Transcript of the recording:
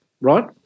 right